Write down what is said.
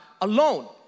alone